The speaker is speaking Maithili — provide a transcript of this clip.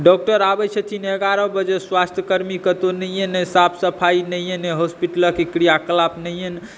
डॉक्टर आबै छथिन ग्यारह बजे स्वास्थ्यकर्मी कतौ नहि ने साफ़ सफ़ाई नहिए ने हॉस्पिटलक क्रियाकलाप नहिए ने